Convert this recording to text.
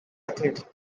athlete